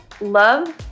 love